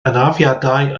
anafiadau